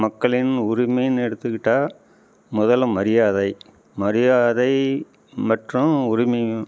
மக்களின் உரிமையின்னு எடுத்துக்கிட்டா முதலில் மரியாதை மரியாதை மற்றும் உரிமையும்